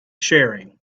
sharing